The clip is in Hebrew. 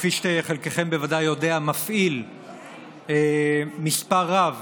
כפי שחלקכם בוודאי יודע, מפעיל מספר רב